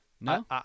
No